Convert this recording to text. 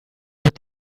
with